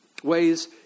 Ways